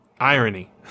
irony